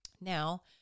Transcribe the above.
Now